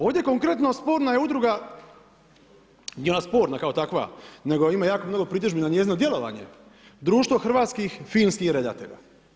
Ovdje konkretno sporna je udruga, nije ona sporna kao takva, nego ima jako mnogo pritužbi na njezino djelovanje, društvo Hrvatskih filmskih redatelja.